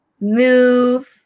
move